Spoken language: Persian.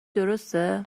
درسته